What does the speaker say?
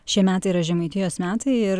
šie metai yra žemaitijos metai ir